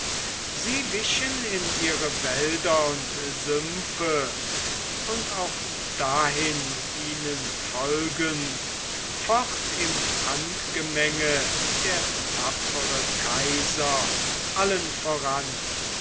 sie wichen in ihre wälder und sümpfe und auch dahin ihnen folgend focht im handgemenge der tapfere kaiser allen voran